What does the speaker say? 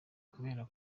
kubera